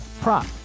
prop